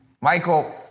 Michael